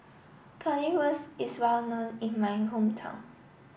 Currywurst is well known in my hometown